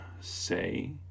say